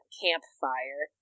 campfire